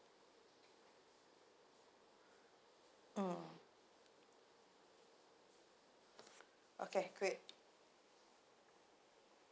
mm okay great